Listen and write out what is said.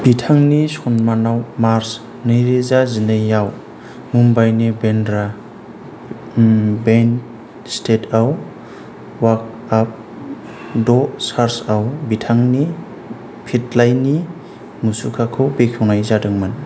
बिथांनि सनमानाव मार्च नै रोजा जिनै याव मुम्बाईनि बेन्द्रा बेंक स्टेडाव वाक अफ द' स्टार्सआव बिथांनि फिथलाइनि मुसुखाखौ बेखेवनाय जादोंमोन